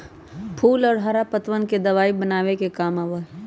फूल और हरा पत्तवन के दवाई बनावे के काम आवा हई